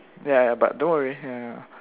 ya ya but don't worry ya ya ya